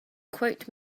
quote